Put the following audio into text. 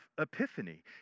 epiphany